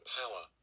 power